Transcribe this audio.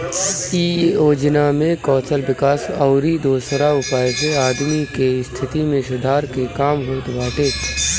इ योजना में कौशल विकास अउरी दोसरा उपाय से आदमी के स्थिति में सुधार के काम होत बाटे